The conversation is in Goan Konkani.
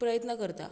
प्रयत्न करतां